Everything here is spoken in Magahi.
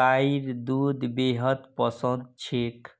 गाइर दूध बेहद पसंद छेक